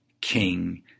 King